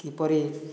କିପରି